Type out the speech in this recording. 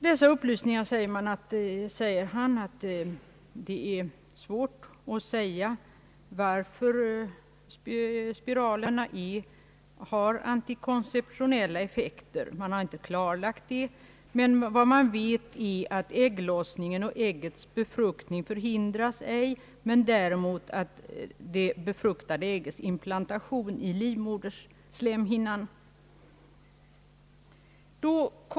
Medicinalstyrelsens chef säger här att man inte har kunnat klarlägga varför spiralerna har antikonceptionella effekter. Man vet att ägglossningen och äggets befruktning inte förhindras men däremot det befruktade äggets inplantation i livmoderslemhinnan.